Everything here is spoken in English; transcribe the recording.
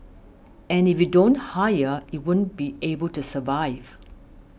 and if you don't hire you won't be able to survive